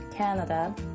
Canada